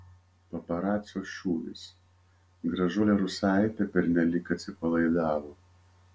paparacio šūvis gražuolė rusaitė pernelyg atsipalaidavo